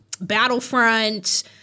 Battlefront